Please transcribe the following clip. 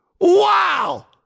Wow